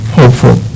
hopeful